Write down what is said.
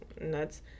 nuts